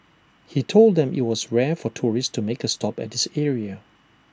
he told them IT was rare for tourists to make A stop at this area